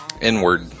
inward